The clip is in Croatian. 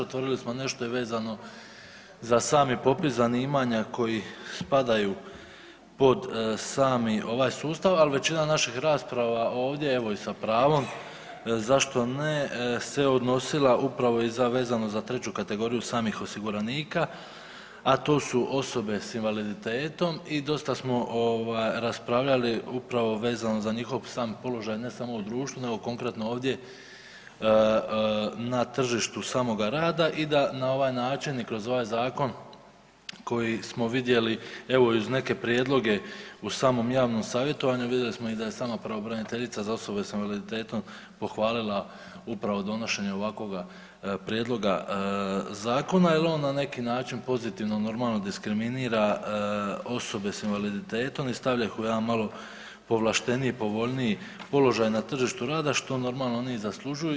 Otvorili smo nešto i vezano za sami popis zanimanja koji spadaju pod sami ovaj sustav, ali većina naših rasprava ovdje evo i sa pravom zašto ne se odnosila upravo i vezano za 3. kategoriju samih osiguranika, a to su osobe s invaliditetom i dosta smo raspravljali upravo vezano za njihov sam položaj ne samo u društvu, nego konkretno ovdje na tržištu samoga rada i da na ovaj način i kroz ovaj Zakon koji smo vidjeli evo uz neke prijedloge u samom javnom savjetovanju vidjeli smo i da je sama Pravobraniteljica za osobe s invaliditetom pohvalila upravo donošenje ovakvoga Prijedloga zakona jer on na neki način pozitivno normalno diskriminira osobe s invaliditetom i stavlja ih u jedan malo povlašteniji, povoljniji položaj na tržištu rada što normalno oni i zaslužuju.